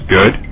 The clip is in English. Good